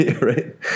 Right